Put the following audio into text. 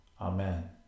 Amen